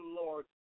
Lord